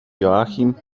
joachim